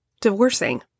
divorcing